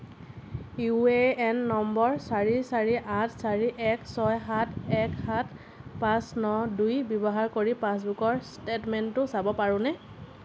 U A N number চাৰি চাৰি আঠ চাৰি এক ছয় সাত এক সাত পাঁচ ন দুই ব্যৱহাৰ কৰি পাছবুকৰ ষ্টেটমেণ্টটো চাব পাৰোঁনে